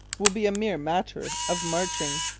will be a mere matter of marching